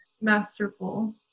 masterful